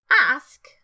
ask